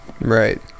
Right